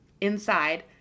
inside